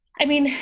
i mean,